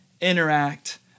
interact